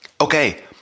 okay